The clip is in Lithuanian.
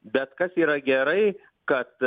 bet kas yra gerai kad